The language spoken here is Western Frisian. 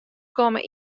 komme